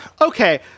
Okay